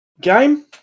Game